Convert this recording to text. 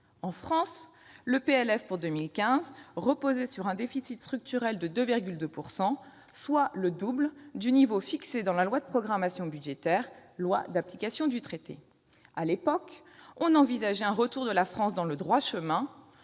En France, le PLF pour 2015 reposait sur un déficit structurel de 2,2 %, soit le double du niveau fixé dans la loi de programmation budgétaire, loi d'application du traité. À l'époque, on n'envisageait pas un retour de la France dans le droit chemin